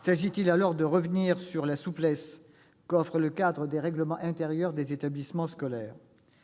S'agit-il de revenir sur la souplesse qu'offre le cadre des règlements intérieurs des établissements scolaires ?